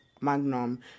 magnum